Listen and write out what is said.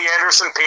Anderson